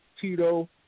Tito